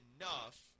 enough